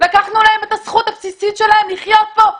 לקחנו להם את הזכות הבסיסית שלהם לחיות פה,